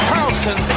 Carlson